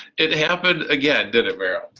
it happened again didn't it,